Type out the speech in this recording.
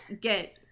get